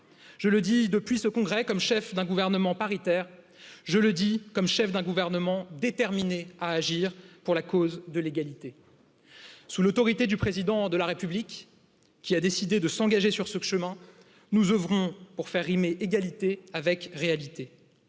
je le dis depuis ce congrès comme chef d'un gouvernement paritaire je le dis comme chef d'un gouvernement déterminé à agir pour la cause de l'égalité sous l'autorité du président de la République qui a décidé de s'engager sur ce chemin nous œuvrons pour faire rimer égalité avec réalité